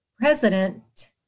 president